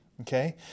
Okay